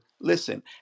listen